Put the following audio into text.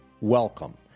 Welcome